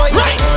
right